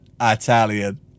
Italian